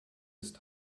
ist